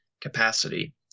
capacity